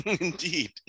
Indeed